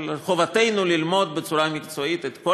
אבל חובתנו ללמוד בצורה מקצועית את כל